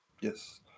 Yes